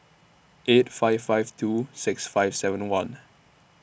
eight five five two six five seven one